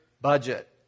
budget